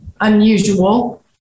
unusual